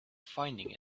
finding